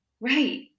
right